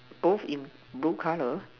both in blue color